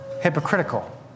hypocritical